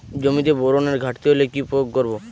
জমিতে বোরনের ঘাটতি হলে কি প্রয়োগ করব?